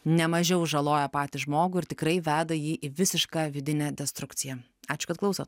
ne mažiau žaloja patį žmogų ir tikrai veda jį į visišką vidinę destrukciją ačiū kad klausot